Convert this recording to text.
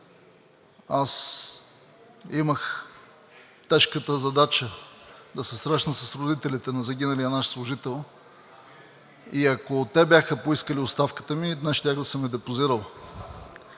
Аз имах тежката задача да се срещна с родителите на загиналия наш служител и ако те бяха поискали оставката ми, днес щях да съм я депозирал.